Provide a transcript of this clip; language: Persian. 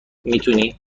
میتونی